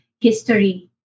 history